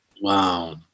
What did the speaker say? wow